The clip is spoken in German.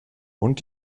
und